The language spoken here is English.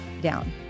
down